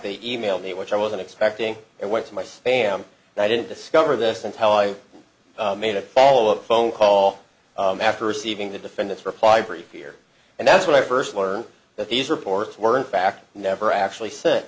they e mailed me which i wasn't expecting and went to my spam and i didn't discover this and how i made a follow up phone call after receiving the defendant's reply brief here and that's when i first learned that these reports were in fact never actually s